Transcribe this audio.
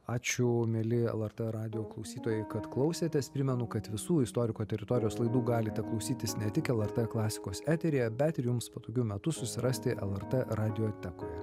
ačiū mieli lrt radijo klausytojai kad klausėtės primenu kad visų istoriko teritorijos laidų galite klausytis ne tik lrt klasikos eteryje bet ir jums patogiu metu susirasti lrt radiotekoje